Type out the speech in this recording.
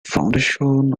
foundations